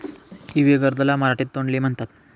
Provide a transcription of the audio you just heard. इवी गर्द ला मराठीत तोंडली म्हणतात